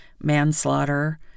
manslaughter